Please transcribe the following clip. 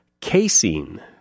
casein